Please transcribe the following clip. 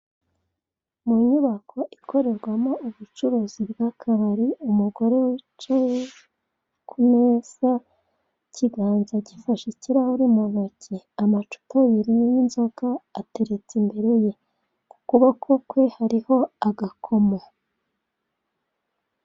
Inyubako ikorerwamo ubucuruzi bw'akabari, umugore wicaye ku meza ikiganza gifashe ikirahure mu ntoki amacupa abiri y'inzoga ateretse imbere ye, ku kuboko kwe hariho agakomo.